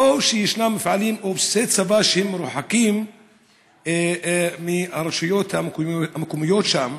או שישנם מפעלים או בסיסי צבא שמרוחקים מהרשויות המקומיות שם,